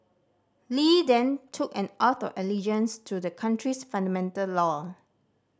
Li then took an oath of allegiance to the country's fundamental law